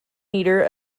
meter